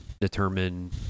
determine